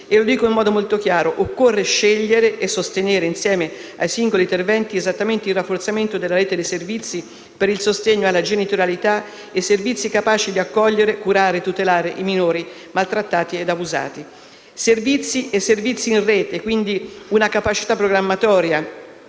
Lo dico in modo molto chiaro: occorre scegliere e sostenere, insieme ai singoli interventi, il rafforzamento della rete di servizi per il sostegno alla genitorialità e creare servizi capaci di accogliere, curare e tutelare i minori maltrattati ed abusati; servizi e in rete dunque, e una capacità programmatoria